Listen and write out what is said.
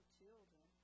children